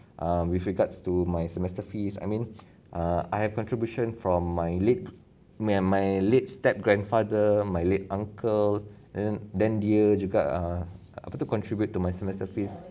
uh with regards to my semester fees I mean err I have contribution from my late my my late step grandfather my late uncle and then then dia juga ah apa tu contribute to my semester fees